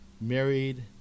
married